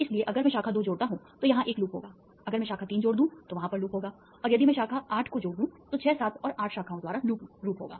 इसलिए अगर मैं शाखा 2 जोड़ता हूं तो यहां एक लूप होगा अगर मैं शाखा 3 जोड़ दूं तो वहां पर लूप होगा और यदि मैं शाखा 8 को जोड़ दूं तो 6 7 और 8 शाखाओं द्वारा लूप रूप होगा